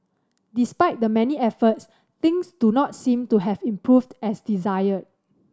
despite the many efforts things do not seem to have improved as desired